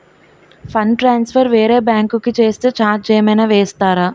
Fund transfer వేరే bank కి చేస్తే ఛార్జ్ ఏమైనా వేస్తారా?